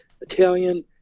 Italian